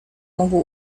mógł